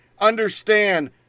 understand